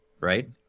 right